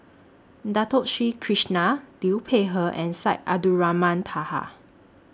Dato Sri Krishna Liu Peihe and Syed Abdulrahman Taha